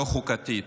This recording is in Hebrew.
לא חוקתית,